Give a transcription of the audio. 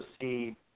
see